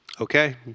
okay